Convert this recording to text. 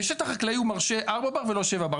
בשטח חקלאי הוא מרשה 4 בר ולא 7 בר.